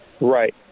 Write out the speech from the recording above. right